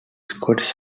scottish